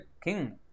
King